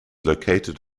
located